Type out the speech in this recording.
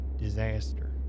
disaster